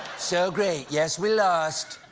so great, yes, we lost.